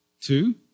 Two